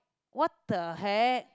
what the heck